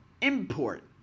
import